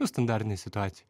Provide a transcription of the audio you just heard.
nu standartinėj situacijoj